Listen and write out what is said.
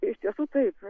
iš tiesų taip